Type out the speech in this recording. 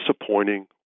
disappointing